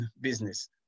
business